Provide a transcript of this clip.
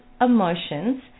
emotions